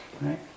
right